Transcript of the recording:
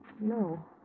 no